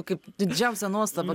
kaip didžiausią nuostabą